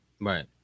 Right